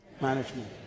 management